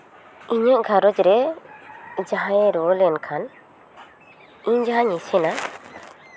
ᱤᱧᱟᱹᱜ ᱜᱷᱟᱨᱚᱸᱡᱽ ᱨᱮ ᱡᱟᱦᱟᱸᱭᱮ ᱨᱩᱣᱟᱹ ᱞᱮᱱᱠᱷᱟᱱ ᱤᱧ ᱡᱟᱦᱟᱸᱧ ᱤᱥᱤᱱᱟ